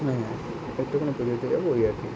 হুম যেটার জন্য করে যেতে পারি ওই আর কি